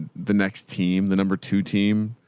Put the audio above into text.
the next team, the number two team,